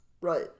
Right